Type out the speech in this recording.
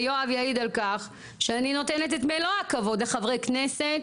ויואב יעיד על כך שאני נותנת את מלוא הכבוד לחברי כנסת